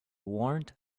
warrant